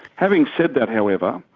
having said that, however,